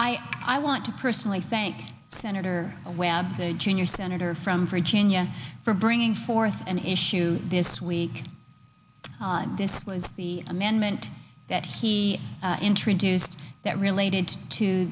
i want to personally thank senator webb the junior senator from virginia for bringing forth an issue this week this was the amendment that he introduced that related to